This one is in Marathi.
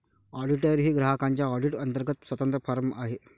ऑडिटर ही ग्राहकांच्या ऑडिट अंतर्गत स्वतंत्र फर्म आहे